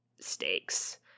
stakes